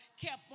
kept